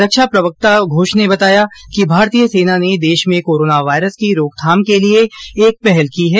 रक्षा प्रवक्ता घोष ने बताया कि भारतीय सेना ने देश में कोरोना वायरस की रोकथाम के लिए एक पहल की है